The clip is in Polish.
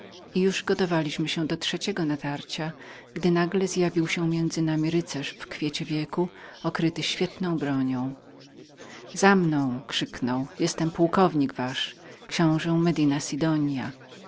i już gotowaliśmy się do trzeciego natarcia gdy nagle zjawił się między nami nieznajomy oficer w kwiecie wieku i okryty świetną bronią za mną krzyknął jestem pułkownik wasz książe medina sidonia